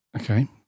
Okay